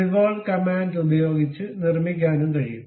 revolve command ഉപയോഗിച്ച് നിർമ്മിക്കാനും കഴിയും